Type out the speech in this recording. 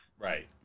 Right